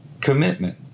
commitment